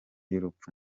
y’urupfu